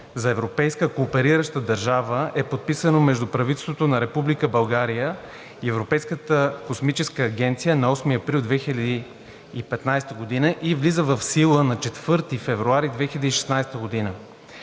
за европейска кооперираща държава е подписано между правителството на Република България и Европейската космическа агенция на 8 април 2015 г. и влиза в сила на 4 февруари 2016 г.